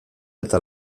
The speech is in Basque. eta